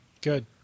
Good